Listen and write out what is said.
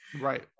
Right